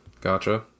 Gotcha